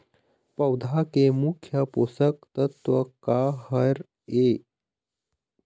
पौधा के मुख्य पोषकतत्व का हर हे?